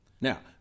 Now